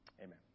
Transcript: Amen